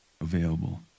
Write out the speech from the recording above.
available